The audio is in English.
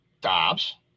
Dobbs